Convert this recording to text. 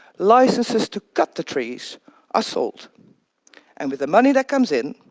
licenses to cut the trees are sold. and with the money that comes in,